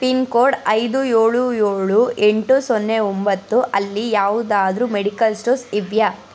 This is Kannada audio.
ಪಿನ್ಕೋಡ್ ಐದು ಏಳು ಏಳು ಎಂಟು ಸೊನ್ನೆ ಒಂಬತ್ತು ಅಲ್ಲಿ ಯಾವುದಾದರೂ ಮೆಡಿಕಲ್ ಸ್ಟೋರ್ಸ್ ಇವೆಯಾ